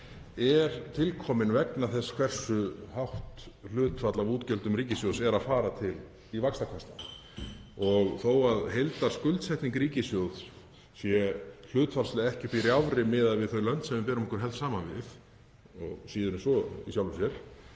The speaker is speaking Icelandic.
er tilkominn vegna þess hversu hátt hlutfall af útgjöldum ríkissjóðs er að fara í vaxtakostnað. Þó að heildarskuldsetning ríkissjóðs sé hlutfallslega ekki uppi í rjáfri miðað við þau lönd sem við berum okkur helst saman við, og síður en svo í sjálfu sér,